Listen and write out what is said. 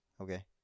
okay